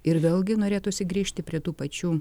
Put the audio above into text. ir vėlgi norėtųsi grįžti prie tų pačių